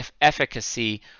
efficacy